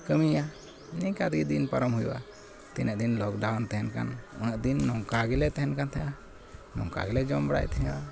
ᱠᱟᱹᱢᱤᱭᱟ ᱱᱤᱝᱠᱟᱹ ᱛᱮᱜᱮ ᱫᱤᱱ ᱯᱟᱨᱚᱢ ᱦᱩᱭᱩᱜᱼᱟ ᱛᱤᱱᱟᱹᱜ ᱫᱤᱱ ᱞᱚᱠᱰᱟᱣᱩᱱ ᱛᱮᱦᱮᱱᱠᱟᱱ ᱩᱱᱟᱹᱜᱫᱤᱱ ᱱᱚᱝᱠᱟ ᱜᱮᱞᱮ ᱛᱮᱦᱮᱱ ᱠᱟᱱ ᱛᱮᱦᱮᱸᱫᱼᱟ ᱱᱚᱝᱠᱟᱜᱮ ᱞᱮ ᱡᱚᱢ ᱵᱟᱲᱟᱭᱮᱫ ᱛᱮᱦᱮᱸᱫᱼᱟ